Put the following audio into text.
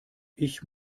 ich